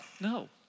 No